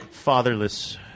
fatherless